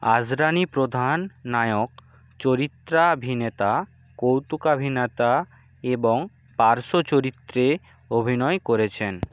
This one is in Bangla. আস্রানি প্রধান নায়ক চরিত্রাভিনেতা কৌতুকাভিনেতা এবং পার্শ্বচরিত্রে অভিনয় করেছেন